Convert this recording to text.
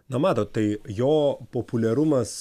na matot tai jo populiarumas